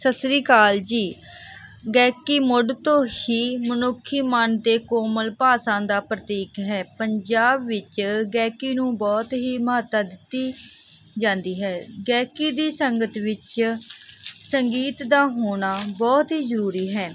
ਸਤਿ ਸ਼੍ਰੀ ਅਕਾਲ ਜੀ ਗਾਇਕੀ ਮੁੱਢ ਤੋਂ ਹੀ ਮਨੁੱਖੀ ਮਨ ਅਤੇ ਕੋਮਲ ਭਾਸ਼ਾ ਦਾ ਪ੍ਰਤੀਕ ਹੈ ਪੰਜਾਬ ਵਿੱਚ ਗਾਇਕੀ ਨੂੰ ਬਹੁਤ ਹੀ ਮਹੱਤਤਾ ਦਿੱਤੀ ਜਾਂਦੀ ਹੈ ਗਾਇਕੀ ਦੀ ਸੰਗਤ ਵਿੱਚ ਸੰਗੀਤ ਦਾ ਹੋਣਾ ਬਹੁਤ ਹੀ ਜ਼ਰੂਰੀ ਹੈ